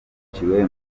biciwe